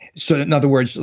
so, in other words,